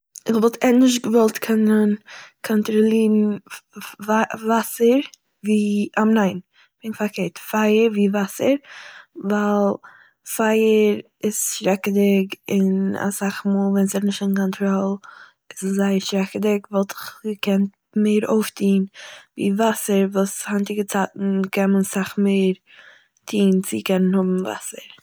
איך וואלט ענדערש געוואלט קענען קאנטראלירן ווא- וואסער, ווי- ניין! פונקט פארקערט: פייער ווי וואסער ווייל, פייער איז שרעקעדיג און אסאך מאל ווען ס'איז נישט אין קאנטראל איז עס זייער שרעקעדיג וואלט איך געקענט מער אויפטוהן ווי וואסער וואס, היינטיגע צייטן קען מען אסאך מער טוהן צו קענען האבן וואסער